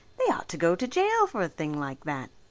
they ought to go to jail for a thing like that.